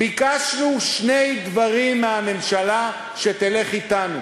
ביקשנו שני דברים מהממשלה, שתלך אתנו.